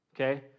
Okay